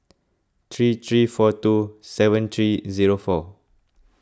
three three four two seven three zero four